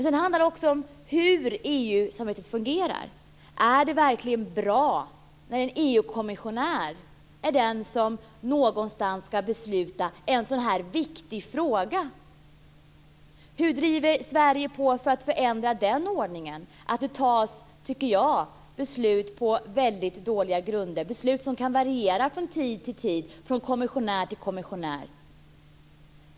Sedan handlar det också om hur EU-samarbetet fungerar. Är det verkligen bra när en EU kommissionär är den som någonstans ska besluta om en så här viktig fråga? Hur driver Sverige på för att förändra den ordningen, alltså att det fattas beslut på som jag tycker väldigt dåliga grunder, beslut som kan variera från tid till tid och från kommissionär till kommissionär?